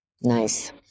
Nice